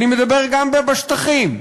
ואני מדבר גם בשטחים,